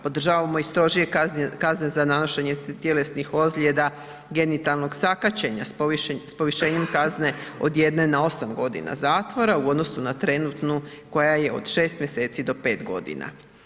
Podržavamo i strožije kazne za nanošenje tjelesnih ozljeda genitalnog sakaćenja s povišenjem kazne od 1 na 8 godina zatvora u odnosu na trenutnu, koja je od 6 mjeseci do 5 godina.